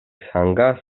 sanga